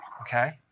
okay